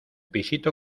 pisito